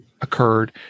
occurred